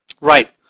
right